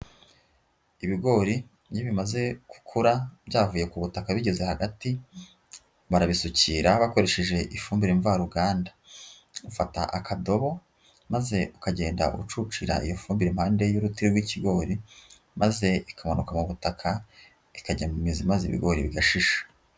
Ibigori iyo bimaze gukura byavuye ku butaka bigeze hagati, barabisukira bakoresheje ifumbire mvaruganda, ufata akadobo maze ukagenda ucucira iyo fumbire impande y'uruti rw'ikigori, maze ikamanuka mu butaka, ikajya mu mizi, maze ibigori bigashisha.